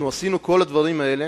עשינו את כל הדברים האלה